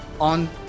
on